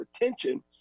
attention